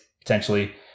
potentially